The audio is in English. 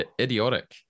idiotic